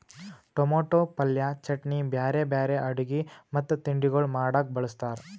tomato ಪಲ್ಯ, ಚಟ್ನಿ, ಬ್ಯಾರೆ ಬ್ಯಾರೆ ಅಡುಗಿ ಮತ್ತ ತಿಂಡಿಗೊಳ್ ಮಾಡಾಗ್ ಬಳ್ಸತಾರ್